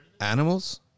Animals